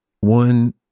One